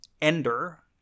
Ender